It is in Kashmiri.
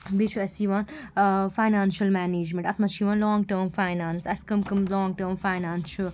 بیٚیہِ چھُ اسہِ یِوان ٲں فاینانشَل مَنیجمیٚنٛٹ اَتھ منٛز چھِ یِوان لانٛگ ٹٔرٕم فاینانٕس اسہِ کٕم کٕم لانٛگ ٹٔرٕم فاینانٕس چھِ